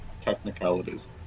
technicalities